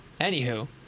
Anywho